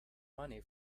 money